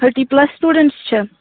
thirty plus students چھِ